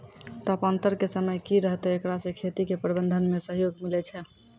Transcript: तापान्तर के समय की रहतै एकरा से खेती के प्रबंधन मे सहयोग मिलैय छैय?